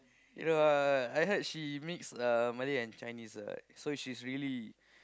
you know ah I heard she mixed uh Malay and Chinese ah so she's really